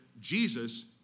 Jesus